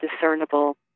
discernible